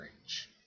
range